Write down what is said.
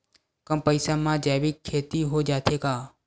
कम पईसा मा जैविक खेती हो जाथे का?